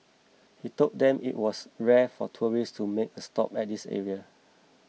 he told them it was rare for tourists to make a stop at this area